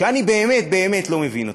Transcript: שאני באמת באמת לא מבין אתכם.